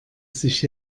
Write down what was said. sich